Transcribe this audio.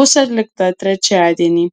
bus atlikta trečiadienį